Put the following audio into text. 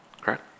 Correct